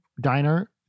diner